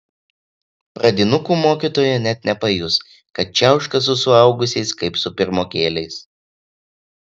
pradinukų mokytoja net nepajus kad čiauška su suaugusiais kaip su pirmokėliais